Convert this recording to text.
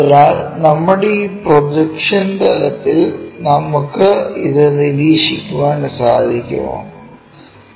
അതിനാൽ നമ്മുടെ ഈ പ്രൊജക്ഷൻ തലത്തിൽ നമുക്ക് ഇത് നിരീക്ഷിക്കാൻ സാധിക്കുമോ